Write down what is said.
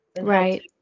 Right